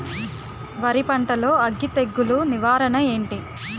వరి పంటలో అగ్గి తెగులు నివారణ ఏంటి?